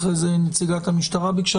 ואחרי זה נציגת המשטרה ביקשה